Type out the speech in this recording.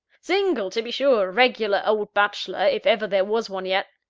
single, to be sure a regular old bachelor, if ever there was one yet.